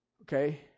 Okay